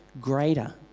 greater